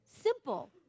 simple